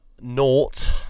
naught